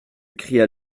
cria